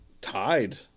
tied